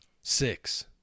Six